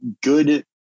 good